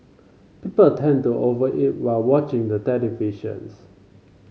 people tend to over eat while watching the televisions